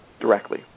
directly